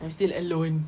I'm still alone